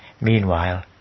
Meanwhile